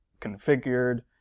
configured